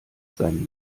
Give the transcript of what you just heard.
seinen